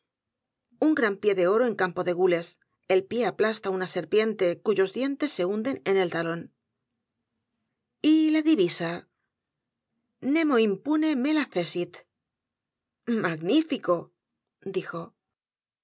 a n pie de oro en campo de gules el pie aplasta una serpiente cuyos dientes se hunden en el talón y la divisa nenio impune me lacessit magnífico dijo